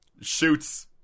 shoots